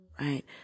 right